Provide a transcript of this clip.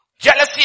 Jealousy